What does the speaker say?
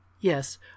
Yes